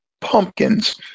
pumpkins